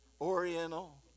Oriental